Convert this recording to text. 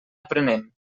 aprenem